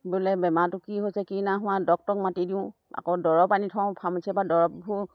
বোলে বেমাৰটো কি হৈছে কি নাই হোৱা ডক্তৰক মাতি দিওঁ আকৌ দৰৱ আনি থওঁ ফাৰ্মাচিৰপৰা দৰৱবোৰ